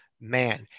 man